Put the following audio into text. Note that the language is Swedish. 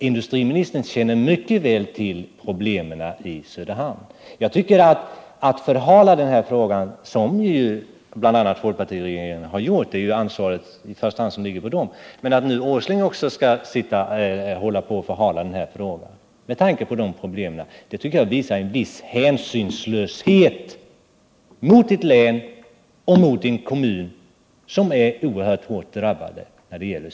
Industriministern känner mycket väl till problemen i Söderhamn. Jag tycker att det i första hand är folkpartiregeringen som har ansvaret för att denna fråga har förhalats, men att nu också herr Åsling är beredd att, trots de problem som finns, ytterligare dra ut på behandlingen av denna fråga tycker jag är tecken på en viss hänsynslöshet mot en kommun och ett län som sysselsättningsmässigt har drabbats oerhört hårt.